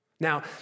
Now